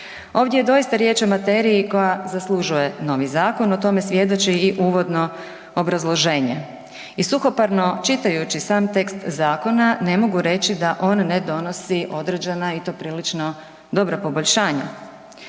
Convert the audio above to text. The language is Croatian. Ovdje je doista riječ o materiji koja zaslužuje novi zakon, o tome svjedoči i uvodno obrazloženje. I suhoparno čitajući sam tekst zakona ne mogu reći da on ne donosi određena i to prilično dobra poboljšanja.